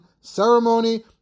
ceremony